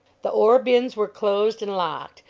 the ore-bins were closed and locked,